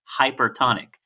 hypertonic